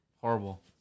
horrible